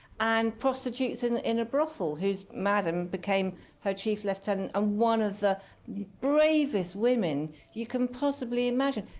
and prostitutes and in a brothel, whose madam became her chief lieutenant and and ah one of the the bravest women you can possibly imagine,